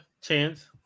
chance